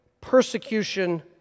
persecution